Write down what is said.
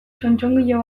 txotxongilo